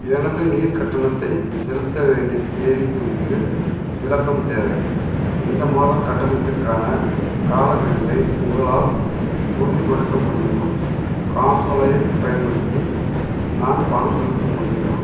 எனது நீர் கட்டணத்தை செலுத்த வேண்டிய தேதி குறித்து விளக்கம் தேவை இந்த மாத கட்டணத்திற்கான காலக்கெடுவை உங்களால் உறுதிப்படுத்த முடியுமா காசோலையைப் பயன்படுத்தி நான் பணம் செலுத்த முடியுமா